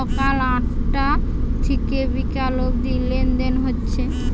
সকাল আটটা থিকে বিকাল অব্দি লেনদেন হচ্ছে